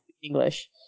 english